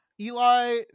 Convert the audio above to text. Eli